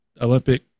Olympic